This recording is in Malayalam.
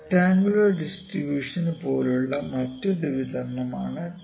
റെക്ടറാങ്കുലർ ഡിസ്ട്രിബൂഷൻ പോലുള്ള മറ്റൊരു വിതരണമാണിത്